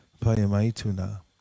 payamaituna